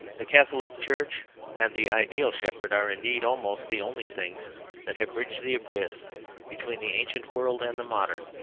the catholic church and the ideal shepherd are indeed almost the only things that have bridged the abyss between the ancient world and the modern.